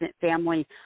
family